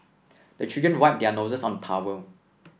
the children wipe their noses on the towel